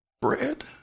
bread